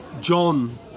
John